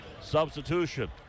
Substitution